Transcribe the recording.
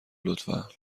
لطفا